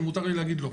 אם מותר לי להגיד לא.